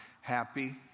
happy